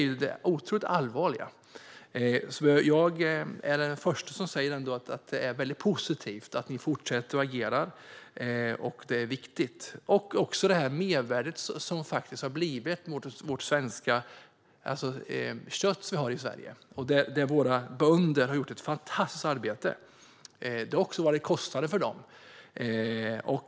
Jag är den förste att säga att det är väldigt positivt och viktigt att ni fortsätter att agera. Vårt svenska kött har också ett mervärde. Våra bönder har gjort ett fantastiskt arbete som också har inneburit kostnader för dem.